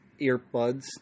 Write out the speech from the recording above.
earbuds